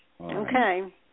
Okay